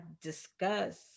discuss